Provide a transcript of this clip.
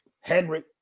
Henry